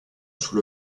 sous